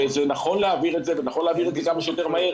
זה נכון להעביר את זה וזה נכון להעביר את זה כמה שיותר מהר,